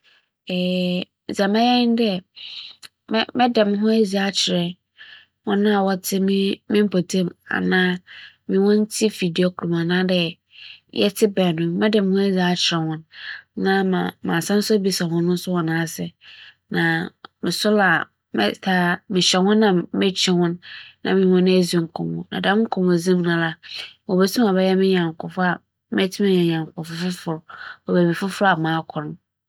Sɛ mokopue ͻman fofor bi do a, kwan a mebɛfa do meenya anyɛnkofo fofor nye dɛ, mobͻkͻ beebi a nyimpa taa dzi ehyia dɛ ͻyɛ bea a wͻtsena gye enyiwa, beebi a woyi sene, beebi a wͻtͻn edziban, anaa beebi a wͻtsena gye hͻn ahom biara. Mobotum akͻ hͻ na sɛ muhu obi na ͻfata dɛ mokͻ ne nkyɛn nye no kasa a, mobͻkͻ akɛda mo ho edzi na mafa dɛm kwan no do ma yɛafa anyɛnko.